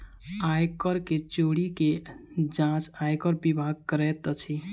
आय कर के चोरी के जांच आयकर विभाग करैत अछि